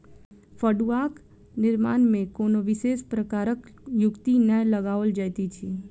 फड़ुआक निर्माण मे कोनो विशेष प्रकारक युक्ति नै लगाओल जाइत अछि